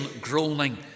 groaning